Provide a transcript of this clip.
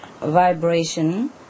vibration